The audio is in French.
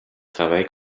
travaille